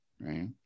right